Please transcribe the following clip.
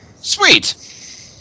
sweet